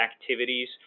activities